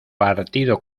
partido